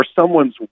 someone's